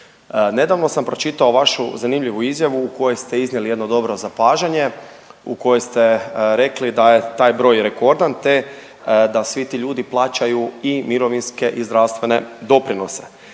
Nedavno sam pročitao vašu zanimljivu izjavu u kojoj ste iznijeli jedno dobro zapažanje u kojem ste rekli da je taj broj rekordan, te da svi ti ljudi plaćaju i mirovinske i zdravstvene doprinose,